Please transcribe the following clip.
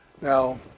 Now